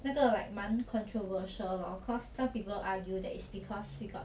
那个 like 蛮 controversial lor cause some people argue that is because we got